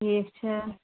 ٹھیٖک چھا